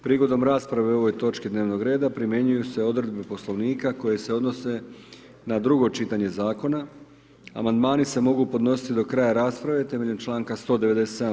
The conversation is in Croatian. Prigodom rasprave o ovoj točki dnevnog reda primjenjuju se odredbe Poslovnika koje se odnose na drugo čitanje zakona, amandmani se mogu podnositi do kraja rasprave temeljem čl. 197.